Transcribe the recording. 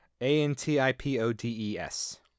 A-N-T-I-P-O-D-E-S